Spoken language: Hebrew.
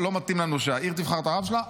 לא מתאים לנו שהעיר תבחר את הרב שלה,